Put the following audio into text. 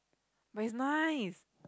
but it's nice